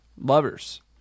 lovers